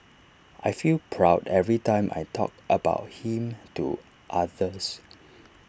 I feel proud every time I talk about him to others